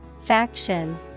Faction